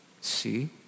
See